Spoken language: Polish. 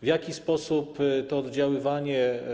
W jaki sposób to oddziaływanie.